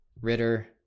Ritter